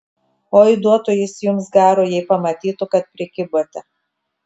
oi duotų jis jums garo jei pamatytų kad prikibote